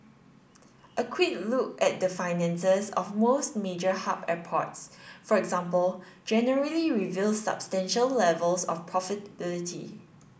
a quick look at the finances of most major hub airports for example generally reveals substantial levels of profitability